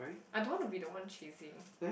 I don't want to be the one choosing